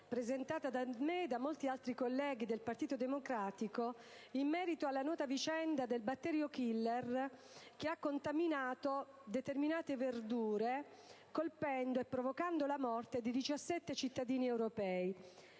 presentata da me e da molti altri colleghi del Partito Democratico in merito alla nota vicenda del batterio *killer* che ha contaminato determinate verdure, colpendo e provocando la morte di 17 sette cittadini europei.